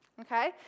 Okay